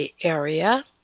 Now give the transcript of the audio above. area